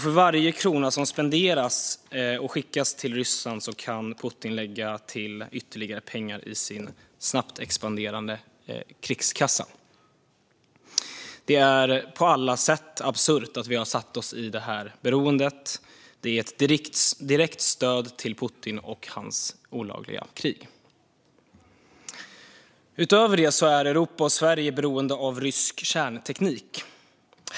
För varje krona som spenderas och skickas till Ryssland kan Putin lägga ytterligare pengar till sin snabbt expanderande krigskassa. Det är på alla sätt absurt att vi har satt oss i detta beroende. Det är ett direkt stöd till Putin och hans olagliga krig. Utöver detta är Europa och Sverige beroende av rysk kärnteknik.